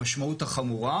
המשמעות החמורה,